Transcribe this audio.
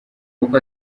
uko